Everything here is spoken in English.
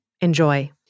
Enjoy